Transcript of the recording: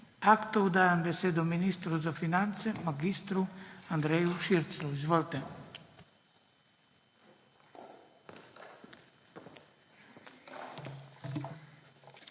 aktov dajem besedo ministru za finance mag. Andreju Širclju. Izvolite.